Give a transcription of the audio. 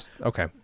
Okay